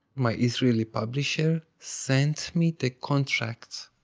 my israeli publisher sent me the contract.